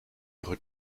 ihre